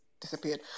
disappeared